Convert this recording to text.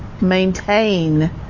maintain